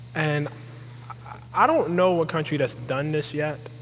and i don't know a country that's done this yet,